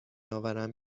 آورم